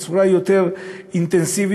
בצורה יותר אינטנסיבית,